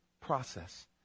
process